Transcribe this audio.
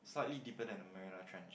slightly deeper than Mariana-Trench